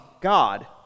god